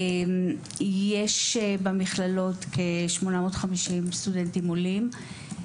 במכללות יש כ-850 סטודנטים עולים.